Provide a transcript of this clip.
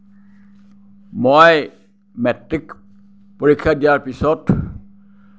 মই মেট্ৰিক পৰীক্ষা দিয়াৰ পিছত